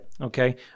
Okay